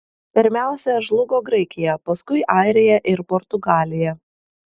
pirmiausia žlugo graikija paskui airija ir portugalija